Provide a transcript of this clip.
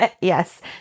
Yes